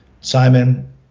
Simon